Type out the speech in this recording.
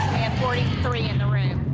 have forty three in the room,